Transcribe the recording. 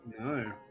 no